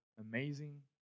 amazing